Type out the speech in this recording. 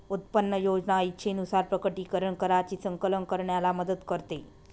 उत्पन्न योजना इच्छेनुसार प्रकटीकरण कराची संकलन करण्याला मदत करते